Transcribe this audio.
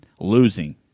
losing